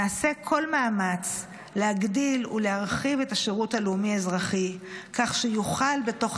נעשה כל מאמץ להגדיל ולהרחיב את השירות הלאומי-אזרחי כך שיוכל בתוך